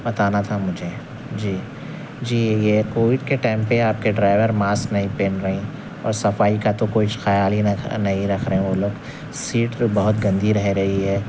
بتانا تھا مجھے جی جی یہ کووڈ کے ٹائم پہ آپ کے ڈرائیور ماسک نہیں پہن رہیں اور صفائی کا تو کوئی خیال ہی نہ نہیں رکھ رہے ہیں وہ لوگ سیٹ تو بہت گندی رہ رہی ہے